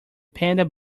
panda